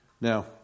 Now